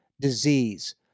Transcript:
disease